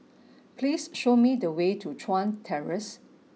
please show me the way to Chuan Terrace